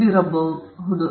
ಬೌದ್ಧಿಕ ಆಸ್ತಿ ಹಕ್ಕುಗಳ ವಿಧಗಳು